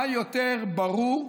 מה יותר ברור?